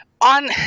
on